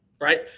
right